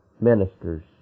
ministers